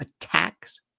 attacks